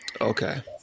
okay